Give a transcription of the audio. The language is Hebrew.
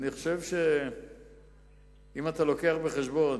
אם אתה מביא בחשבון